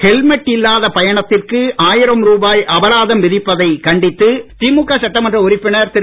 helmet இல்லாத பயணத்திற்கு ஆயிரம் ருபாய் அபராதம் விதிப்பதை கண்டித்து திமுக சட்டமன்ற உறுப்பினர் திரு